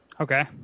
Okay